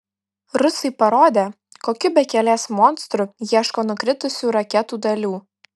rusai parodė kokiu bekelės monstru ieško nukritusių raketų dalių